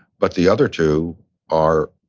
but the other two are,